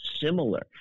similar